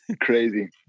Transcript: Crazy